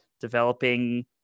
developing